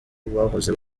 bahoze